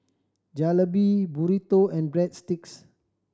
Jalebi Burrito and Breadsticks